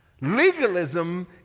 Legalism